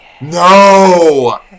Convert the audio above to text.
No